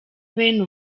bene